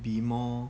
be more